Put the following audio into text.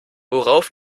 worauf